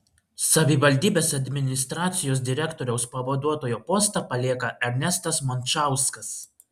savivaldybės administracijos direktoriaus pavaduotojo postą palieka ernestas mončauskas